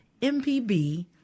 MPB